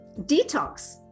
detox